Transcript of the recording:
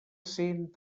cent